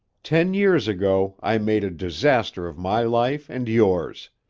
ten years ago i made a disaster of my life and yours.